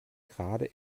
gerade